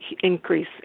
increase